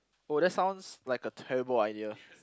oh that sounds like a terrible idea